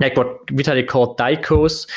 like what vitalik called dye course,